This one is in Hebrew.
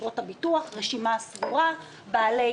שהצטברו ולגמור עבודה חשובה שמונחת על השולחן.